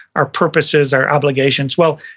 our purposes, our obligations. well,